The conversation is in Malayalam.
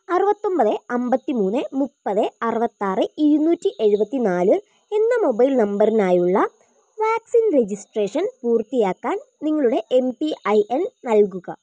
അറുപത്തൊൻപത് അമ്പത്തിമൂന്ന് മുപ്പത് അറുപത്താറ് ഇരുന്നൂറ്റി എഴുപത്തിനാല് എന്ന മൊബൈൽ നമ്പറിനായുള്ള വാക്സിൻ രജിസ്ട്രേഷൻ പൂർത്തിയാക്കാൻ നിങ്ങളുടെ എം പി ഐൻ നൽകുക